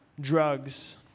drugs